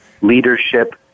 leadership